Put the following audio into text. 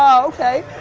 okay.